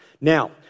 Now